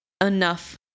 enough